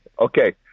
Okay